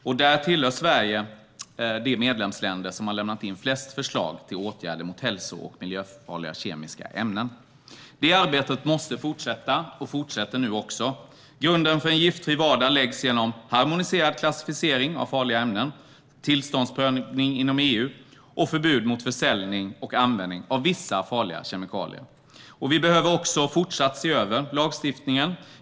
Sverige är ett av de medlemsländer som har lämnat in flest förslag till åtgärder mot hälso och miljöfarliga kemiska ämnen. Det arbetet måste fortsätta, vilket det nu också gör. Grunden för en giftfri vardag läggs genom harmoniserad klassificering av farliga ämnen, tillståndsprövning inom EU och förbud mot försäljning och användning av vissa farliga kemikalier. Vi behöver också fortsätta att se över lagstiftningen.